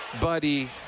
buddy